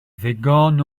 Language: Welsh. ddigon